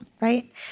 Right